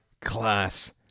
class